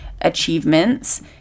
achievements